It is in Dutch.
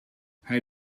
hij